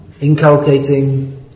inculcating